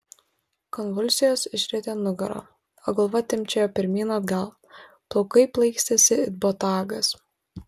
konvulsijos išrietė nugarą o galva timpčiojo pirmyn atgal plaukai plaikstėsi it botagas